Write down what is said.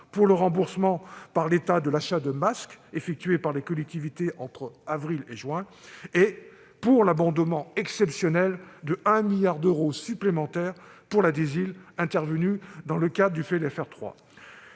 pour le remboursement par l'État de l'achat de masques effectué par les collectivités entre avril et juin derniers, et pour l'abondement exceptionnel d'un milliard d'euros supplémentaires pour la DSIL intervenu dans le cadre de la LFR 3.